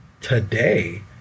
today